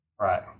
Right